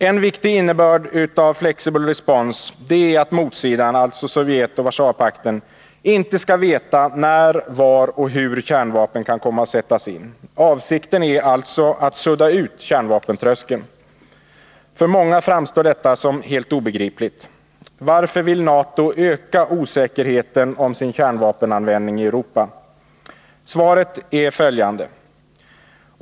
En viktig innebörd av flexible response är att motsidan — Sovjet och Warszawapakten — inte skall veta när, var och hur kärnvapen kan komma att sättas in. Avsikten är alltså att sudda ut kärnvapentröskeln. För många framstår detta som helt obegripligt. Varför vill NATO öka osäkerheten om sin kärnvapenanvändning i Europa? Svaret är följande.